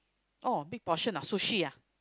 oh big portion ah sushi [ah[